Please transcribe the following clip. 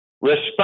Respect